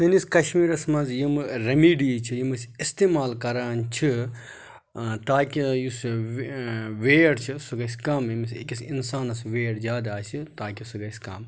سٲنِس کَشمیٖرَس مَنٛز یِمہٕ ریٚمِڈی چھِ یِم أسۍ اِستعمال کَران چھِ تاکہِ یُس ویٹ چھِ سُہ گژھِ کَم ییٚمِس أکِس اِنسانَس ویٹ زیادٕ آسہِ تاکہِ سُہ گَژھِ کَم